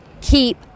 keep